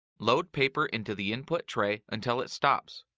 load paper into the input tray until it stops.